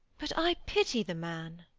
but i pity the man.